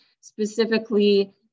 specifically